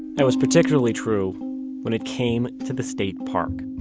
that was particularly true when it came to the state park